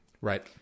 right